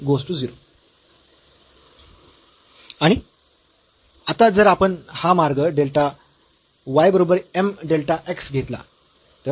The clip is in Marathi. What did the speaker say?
आणि आता जर आपण हा मार्ग डेल्टा y बरोबर m डेल्टा x घेतला